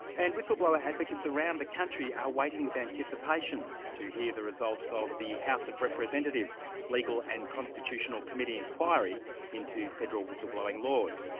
and whistleblower advocates around the country are waiting with anticipation to hear the results of the house of representatives' legal and constitutional committee inquiry into federal whistleblowing laws.